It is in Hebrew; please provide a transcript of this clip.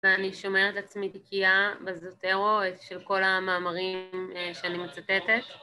ואני שומרת עצמי בקיעה בזוטרו של כל המאמרים שאני מצטטת